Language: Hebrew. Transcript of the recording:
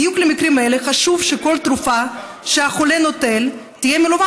בדיוק למקרים האלה חשוב שכל תרופה שהחולה נוטל תהיה מלווה